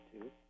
two